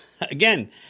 again